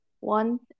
One